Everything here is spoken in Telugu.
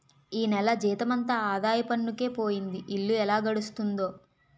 ఈ నెల జీతమంతా ఆదాయ పన్నుకే పోయింది ఇల్లు ఎలా గడుస్తుందో